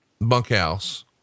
bunkhouse